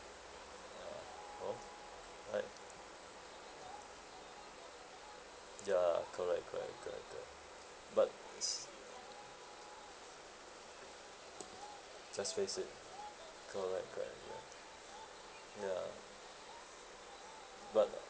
ya hor right ya correct correct correct correct but it's just face it correct correct correct ya but ah